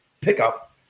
pickup